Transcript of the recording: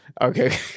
okay